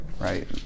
Right